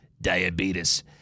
diabetes